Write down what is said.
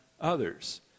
others